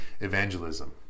evangelism